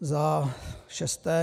Za šesté.